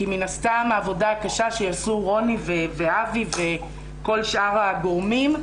כי מן הסתם העבודה הקשה שיעשו רוני ואבי וכל שאר הגורמים,